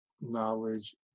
knowledge